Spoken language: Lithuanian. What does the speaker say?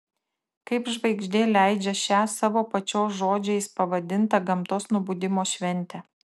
kaip žvaigždė leidžią šią savo pačios žodžiais pavadintą gamtos nubudimo šventę